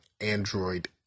Android